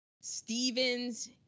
Stevens